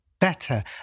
better